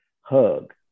hug